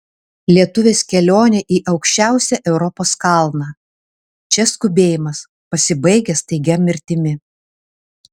lietuvės kelionė į aukščiausią europos kalną čia skubėjimas pasibaigia staigia mirtimi